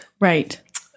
Right